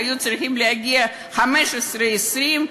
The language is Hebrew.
והיו צריכים להגיע 15,000 20,000,